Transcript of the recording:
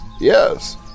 Yes